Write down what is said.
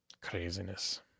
Craziness